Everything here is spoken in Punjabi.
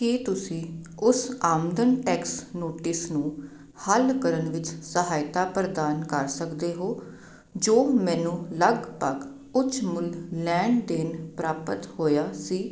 ਕੀ ਤੁਸੀਂ ਉਸ ਆਮਦਨ ਟੈਕਸ ਨੋਟਿਸ ਨੂੰ ਹੱਲ ਕਰਨ ਵਿੱਚ ਸਹਾਇਤਾ ਪ੍ਰਦਾਨ ਕਰ ਸਕਦੇ ਹੋ ਜੋ ਮੈਨੂੰ ਲਗਭਗ ਉੱਚ ਮੁੱਲ ਲੈਣ ਦੇਣ ਪ੍ਰਾਪਤ ਹੋਇਆ ਸੀ